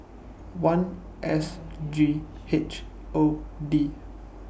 one S G H O D